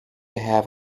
have